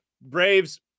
Braves